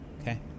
Okay